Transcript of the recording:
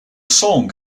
song